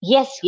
Yes